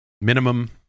minimum